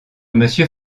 monsieur